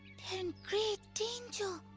and great danger!